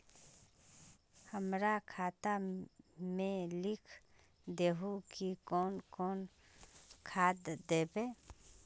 हमरा खाता में लिख दहु की कौन कौन खाद दबे?